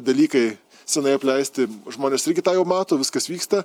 dalykai seniai apleisti žmonės irgi tą jau mato viskas vyksta